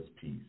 peace